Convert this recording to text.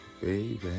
baby